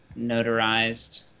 notarized